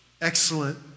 excellent